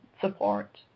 support